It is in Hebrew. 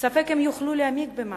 ספק אם יוכלו להעמיק במשהו.